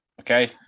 Okay